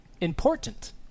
important